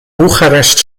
bucharest